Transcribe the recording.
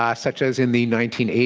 um such as in the nineteen eighty